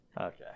Okay